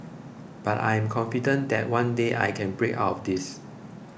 but I am confident that one day I can break out of this